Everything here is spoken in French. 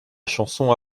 chanson